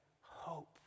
hope